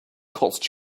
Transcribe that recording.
costs